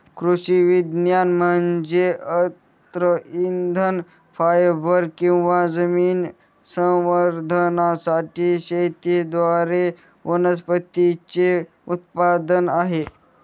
कृषी विज्ञान म्हणजे अन्न इंधन फायबर किंवा जमीन संवर्धनासाठी शेतीद्वारे वनस्पतींचे उत्पादन आहे